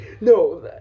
No